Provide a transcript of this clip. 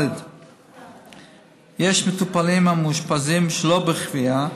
יש מטופלים המאושפזים במחלקות שלא בכפייה,